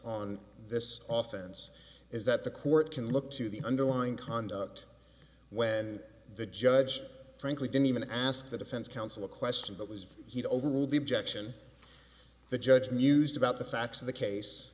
on this oftens is that the court can look to the underlying conduct when the judge frankly didn't even ask the defense counsel a question but was he to overrule the objection the judge mused about the facts of the case